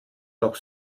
noch